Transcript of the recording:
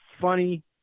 funny